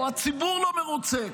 או הציבור לא מרוצה,